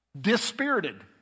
dispirited